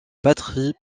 batterie